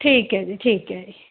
ਠੀਕ ਹੈ ਜੀ ਠੀਕ ਹੈ